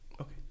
Okay